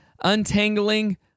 untangling